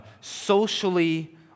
socially